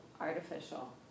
artificial